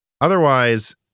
Otherwise